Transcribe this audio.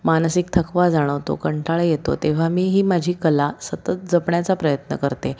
मानसिक थकवा जाणवतो कंटाळा येतो तेव्हा मी ही माझी कला सतत जपण्याचा प्रयत्न करते